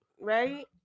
right